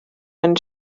ein